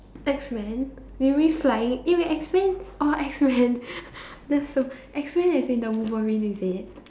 X men you mean flying eh wait X men orh X men that's so X men as in the Wolverine is it